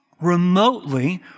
remotely